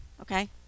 okay